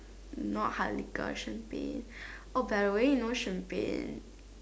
not hard liquor champagne oh by the way you know champagne